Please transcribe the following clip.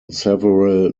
several